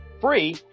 free